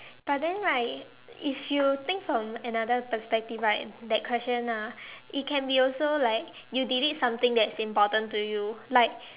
but then right if you think from another perspective right that question ah it can be also like you delete something that is important to you like